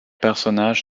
personnage